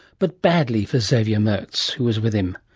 but badly for xavier mertz who was with him.